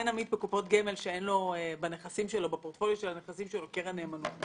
אין עמית בקופות גמל שאין בנכסים שלו קרן נאמנות.